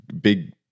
big